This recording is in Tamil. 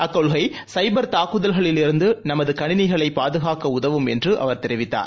அக்கொள்கை சைபர் தாக்குதல்களிலிருந்துநமதுகளிணிகளைபாதுகாக்கஉதவும் என்றும் அவர் தெரிவித்தார்